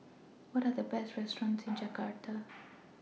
What Are The Best restaurants in Jakarta